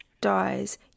dies